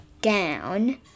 down